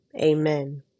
amen